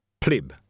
Plib